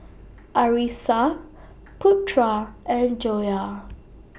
Arissa Putra and Joyah